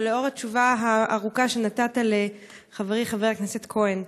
לאור התשובה הארוכה שנתת לחברי חבר הכנסת כהן.